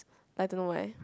I don't know eh